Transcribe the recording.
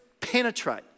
penetrate